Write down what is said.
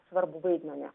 svarbų vaidmenį